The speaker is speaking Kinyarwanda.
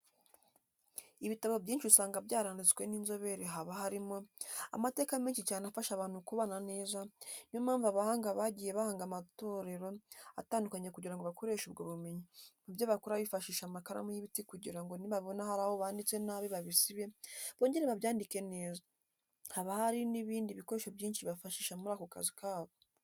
Ibitabo byinshi usanga byaranditswe n'inzobere haba harimo amateka menshi cyane afasha abantu kubana neza, ni yo mpamvu abahanga bagiye bahanga amatorero atandukanye kugira ngo bakoreshe ubwo bumenyi, mu byo bakora bifashisha amakaramu y'ibiti kugira ngo nibabona hari aho banditse nabi babisibe bongere babyandike neza, haba hari n'ibindi bikoresho byinshi bifashisha muri ako kazi kabo.